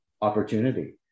opportunity